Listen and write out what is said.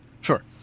Sure